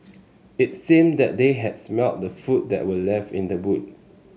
it seemed that they had smelt the food that were left in the boot